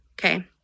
okay